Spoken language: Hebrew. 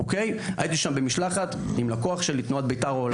הייתי שם במשלחת עם לקוח שלי של בית"ר העולמית.